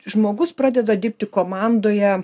žmogus pradeda dirbti komandoje